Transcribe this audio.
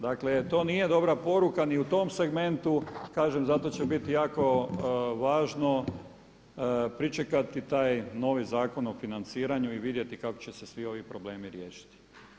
Dakle, to nije dobra poruka niti u tom segmentu, kažem, zato će biti jako važno pričekati taj novi Zakon o financiranju i vidjeti kako će se svi ovi problemi riješiti.